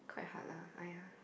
quite hard lah I